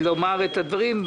לומר את הדברים,